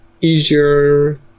easier